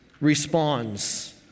responds